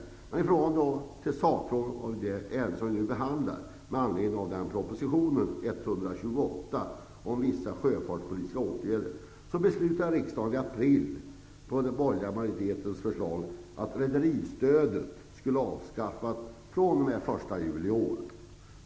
Till sakfrågan, dvs. det betänkande som vi nu behandlar med anledning av proposition 128 om vissa sjöfartspolitiska frågor. Riksdagen beslutade i april på den borgerliga majoritetens förslag att rederistödet skulle avskaffas den 1 juli i år.